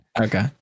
Okay